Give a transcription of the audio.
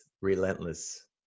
relentless